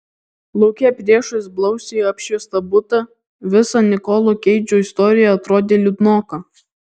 lauke priešais blausiai apšviestą butą visa nikolo keidžo istorija atrodė liūdnoka